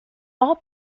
all